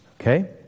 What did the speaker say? Okay